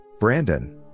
Brandon